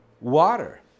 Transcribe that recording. water